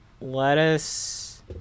lettuce